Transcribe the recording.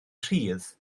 rhydd